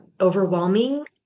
overwhelming